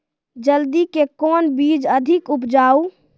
हल्दी के कौन बीज अधिक उपजाऊ?